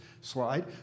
slide